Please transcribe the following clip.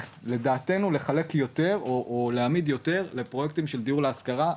לדעתנו לחלק יותר או להעמיד יותר לפרויקטים של דיור להשכרה.